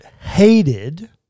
hated